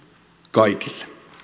kaikille